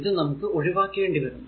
അത് നമുക്ക് ഒഴിവാക്കേണ്ടി വരുന്നു